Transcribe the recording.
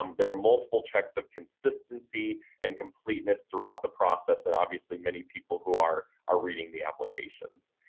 um there are multiple checks of consistency and completeness throughout the process and obviously many people who are are reading the applications.